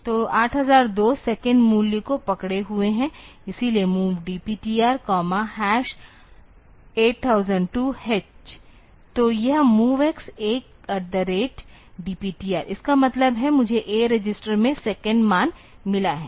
तो 8002 सेकंड मूल्य को पकड़े हुए है इसलिए MOV DPTR 8002 H तो यह MOVX A DPTR इसका मतलब है मुझे A रजिस्टर में सेकंड मान मिला है